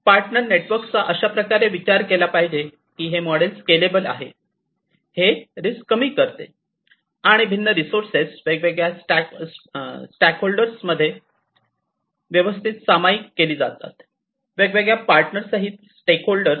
partner नेटवर्कचा अशा प्रकारे विचार केला पाहिजे की मॉडेल स्केलेबल आहे हे रिस्क कमी करते आणि भिन्न रिसोर्सेस वेगवेगळ्या स्टॅकहोल्डरमध्ये व्यवस्थित सामायिक केली जातात वेगवेगळ्या पार्टनर सहित स्टॅकहोल्डर